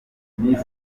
miss